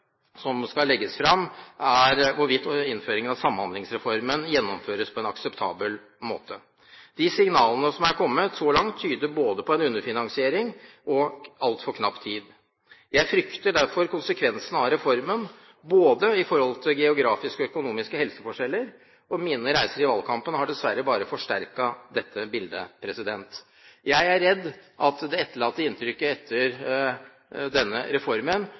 som skal legges fram, er hvorvidt innføringen av Samhandlingsreformen gjennomføres på en akseptabel måte. De signalene som er kommet så langt, tyder på både underfinansiering og altfor knapp tid. Jeg frykter derfor konsekvensene av reformen i forhold til både geografiske og økonomiske helseforskjeller. Mine reiser i valgkampen har dessverre bare forsterket dette bildet. Jeg er redd at det etterlatte inntrykket etter denne reformen